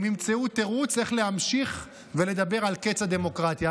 הם ימצאו תירוץ איך להמשיך ולדבר על קץ הדמוקרטיה.